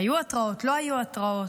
היו התראות, לא היו התראות.